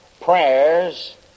prayers